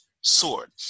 sword